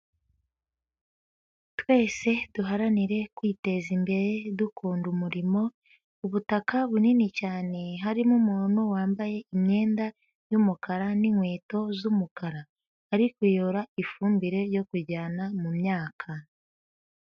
Twese duharanire kwiteza imbere, dukunda umurimo. Ubutaka bunini cyane. Harimo umuntu wambaye imyenda y'umukara, n'inkweto z'umukara. Ari kuyora ifumbire yo kujyana mu myaka.